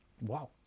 Wow